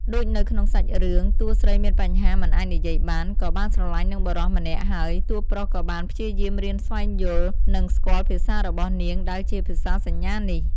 ដូចនៅក្នុងសាច់រឿង តួស្រីមានបញ្ហាមិនអាចនិយាយបាន ក៏បានស្រលាញ់នឹងបុរសម្នាក់ហើយ តួរប្រុសក៏បានព្យាយាមរៀនស្វែងយល់និង ស្គាល់ភាសារបស់នាងដែលជាភាសាសញ្ញានេះ ។